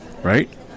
right